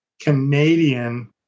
Canadian